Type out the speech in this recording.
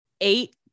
eight